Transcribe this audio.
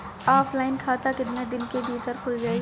Offline खाता केतना दिन के भीतर खुल जाई?